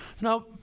Now